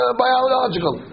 biological